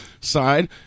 side